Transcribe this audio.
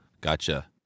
Gotcha